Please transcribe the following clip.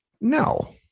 no